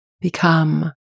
become